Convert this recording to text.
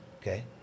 Okay